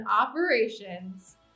operations